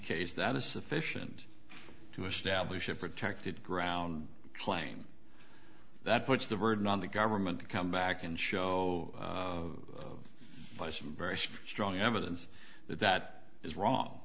case that is sufficient to establish a protected ground claim that puts the burden on the government to come back and show by some very strong evidence that that is wrong